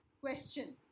Question